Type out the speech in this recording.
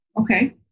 okay